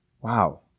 Wow